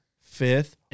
Fifth